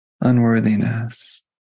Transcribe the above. unworthiness